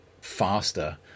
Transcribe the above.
faster